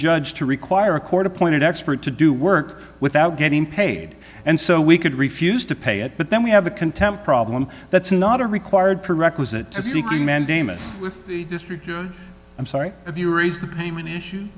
judge to require a court appointed expert to do work without getting paid and so we could refuse to pay it but then we have a contempt problem that's not a required to requisite to seeking mandamus i'm sorry if you raise the payment issue